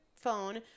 phone